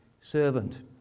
servant